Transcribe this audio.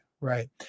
right